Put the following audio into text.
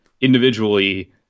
individually